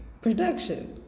production